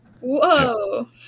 Whoa